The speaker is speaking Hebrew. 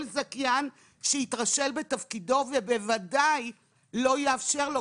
זכיין שיתרשל בתפקידו ובוודאי לא יאפשר לו,